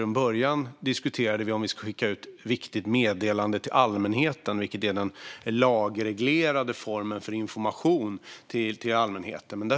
I början diskuterade vi om vi skulle skicka ut Viktigt meddelande till allmänheten, vilket är den lagreglerade formen för information till allmänheten.